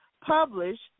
published